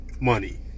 money